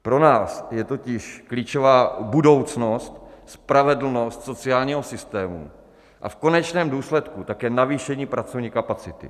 Pro nás je totiž klíčová budoucnost, spravedlnost sociálního systému, a v konečném důsledku také navýšení pracovní kapacity.